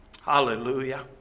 Hallelujah